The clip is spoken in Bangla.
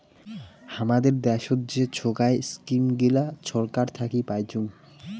হামাদের দ্যাশোত যে সোগায় ইস্কিম গিলা ছরকার থাকি পাইচুঙ